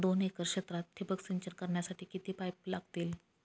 दोन एकर क्षेत्रात ठिबक सिंचन करण्यासाठी किती पाईप लागतील?